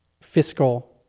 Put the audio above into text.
fiscal